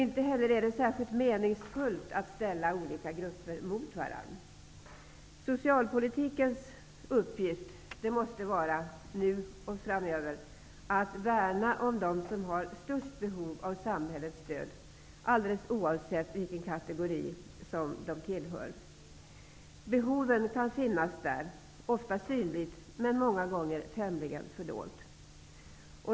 Inte heller är det särskilt meningsfullt att ställa olika grupper mot varandra. Socialpolitikens uppgift måste nu och framöver vara att värna om dem som har störst behov av samhällets stöd alldeles oavsett vilken kategori som de tillhör. Behoven finns där, ofta synliga, men många gånger tämligen fördolda.